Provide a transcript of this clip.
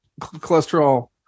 cholesterol